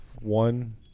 one